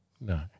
No